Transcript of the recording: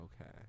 Okay